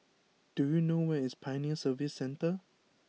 do you know where is Pioneer Service Centre